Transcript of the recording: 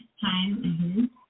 time